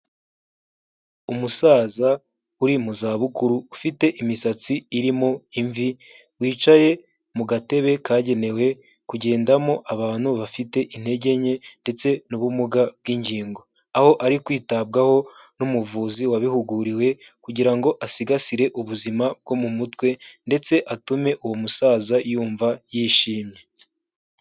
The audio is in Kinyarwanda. Umusaza uri mu za bukuru ufite imisatsi irimo imvi, wicaye mu gatebe kagenewe kugendamo abantu bafite intege nke ndetse n'ubumuga bw'ingingo, aho ari kwitabwaho n'umuvuzi wabihuguriwe kugira ngo asigasire ubuzima bwo mu mutwe ndetse atume uwo musaza yumva yishimye.